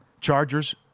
chargers